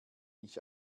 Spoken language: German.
ich